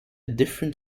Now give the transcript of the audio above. different